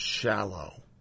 Shallow